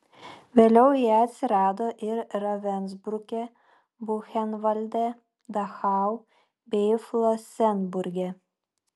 vėliau jie atsirado ir ravensbruke buchenvalde dachau bei flosenburge